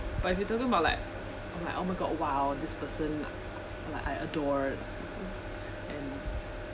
but if you're talking about like like oh my god !wow! this person like I adore and